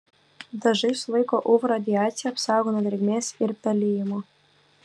dažai sulaiko uv radiaciją apsaugo nuo drėgmės ir pelijimo